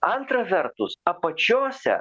antra vertus apačiose